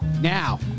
Now